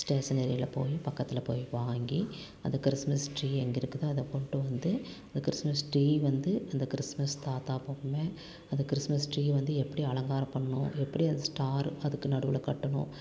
ஸ்டேஷனரியில போய் பக்கத்தில் போய் வாங்கி அந்த கிறிஸ்மஸ் ட்ரீ எங்கே இருக்குதோ அதை கொண்டு வந்து அந்த கிறிஸ்மஸ் ட்ரீ வந்து அந்த கிறிஸ்மஸ் தாத்தா போகக்குள்ள அந்த கிறிஸ்மஸ் ட்ரீயை வந்து எப்படி அலங்காரம் பண்ணுவோம் எப்படி அது ஸ்டார் அதுக்கு நடுவில் கட்டணும்